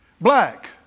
black